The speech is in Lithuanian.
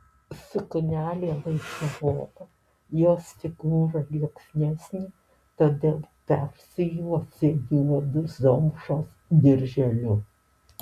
suknelė laisvoka jos figūra lieknesnė todėl persijuosė juodu zomšos dirželiu